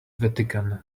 vatican